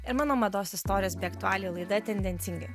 ir mano mados istorijos bei aktualijų laida tendencingai